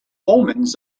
omens